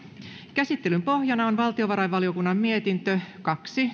käsittelyn pohjana on valtiovarainvaliokunnan mietintö kaksi